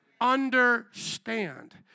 Understand